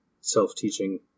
self-teaching